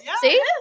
See